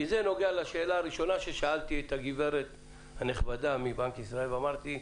כי זה נוגע לשאלה הראשונה ששאלתי את הגברת הנכבדה מבנק ישראל ואמרתי: